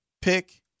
pick